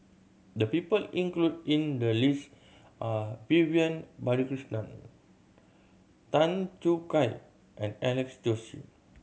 the people included in the list are Vivian Balakrishnan Tan Choo Kai and Alex Josey